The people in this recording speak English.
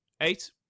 Eight